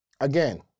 Again